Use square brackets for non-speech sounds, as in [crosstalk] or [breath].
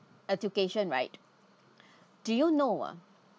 education right [breath] do you know ah